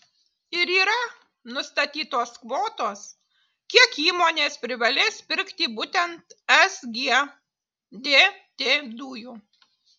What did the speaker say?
ir yra nustatytos kvotos kiek įmonės privalės pirkti būtent sgdt dujų